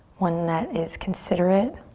one that is considerate